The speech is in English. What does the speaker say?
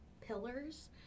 pillars